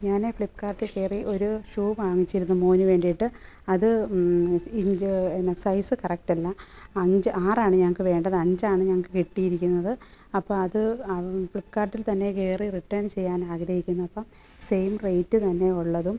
ഞാൻ ഫ്ലിപ്കാർട്ടിൽ കയറി ഒരു ഷൂ വാങ്ങിച്ചിരുന്നു മോന് വേണ്ടിയിട്ട് അത് ഇഞ്ച് പിന്നെ സൈസ് കറക്റ്റ് അല്ല അഞ്ച് ആറാണ് ഞങ്ങൾക്ക് വേണ്ടത് അഞ്ചാണ് ഞങ്ങൾക്ക് കിട്ടിയിരിക്കുന്നത് അപ്പോൾ അത് അവർ ഫ്ലിപ്പ്കാർട്ടിൽ തന്നെ കയറി റിട്ടേൺ ചെയ്യാൻ ആഗ്രഹിക്കുന്നു അപ്പം സെയിം റേറ്റ് തന്നെ ഉള്ളതും